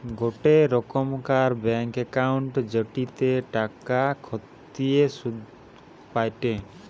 গোটে রোকমকার bank account জেটিতে টাকা খতিয়ে শুধ পায়টে